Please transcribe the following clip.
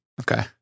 Okay